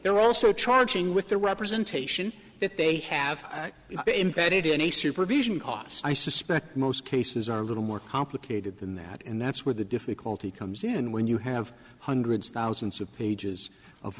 there also charging with the representation that they have embedded in a supervision cost i suspect most cases are a little more complicated than that and that's where the difficulty comes in when you have hundreds of thousands of pages of